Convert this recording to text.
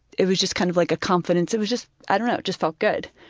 it was just kind of like a confidence, it was just, i don't know, it just felt good.